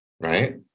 right